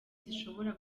zishobora